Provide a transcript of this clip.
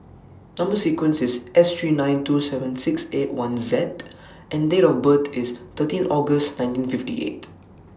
Number sequence IS S three nine two seven six eight one Z and Date of birth IS thirteen August nineteen fifty eight